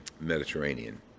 Mediterranean